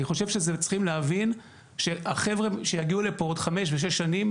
אני חושב שצריכים להבין שהחבר'ה שיגיעו לפה בעוד חמש ושש שנים,